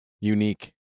unique